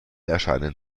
erscheinen